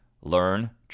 Learn